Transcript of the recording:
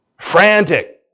Frantic